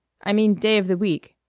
i mean day of the week.